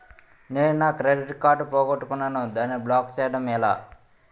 నేను నా credit card పోగొట్టుకున్నాను దానిని బ్లాక్ చేయడం ఎలా?